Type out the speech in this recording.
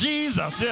Jesus